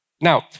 now